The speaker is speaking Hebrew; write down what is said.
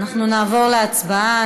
אנחנו נעבור להצבעה.